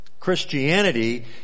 Christianity